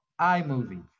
iMovie